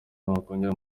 nakongera